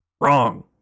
Wrong